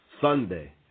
Sunday